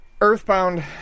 Earthbound